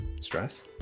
stress